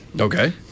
Okay